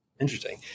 Interesting